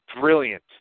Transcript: brilliant